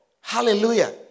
Hallelujah